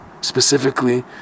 specifically